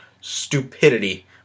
stupidity